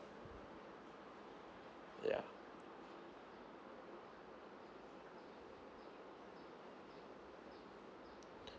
yeah